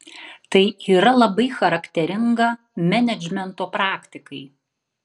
tai yra labai charakteringa menedžmento praktikai